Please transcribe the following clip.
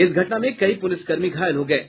इस घटना में कई पुलिसकर्मी घायल हो गये